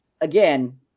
Again